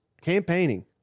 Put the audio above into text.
campaigning